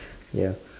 ya